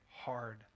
hard